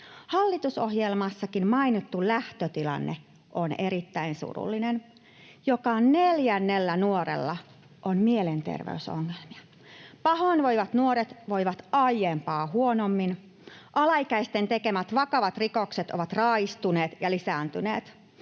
Hallitusohjelmassakin mainittu lähtötilanne on erittäin surullinen: Joka neljännellä nuorella on mielenterveysongelmia, pahoinvoivat nuoret voivat aiempaa huonommin, alaikäisten tekemät vakavat rikokset ovat raaistuneet ja lisääntyneet.